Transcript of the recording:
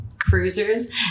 cruisers